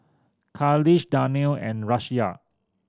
Khalish Danial and Raisya